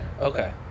Okay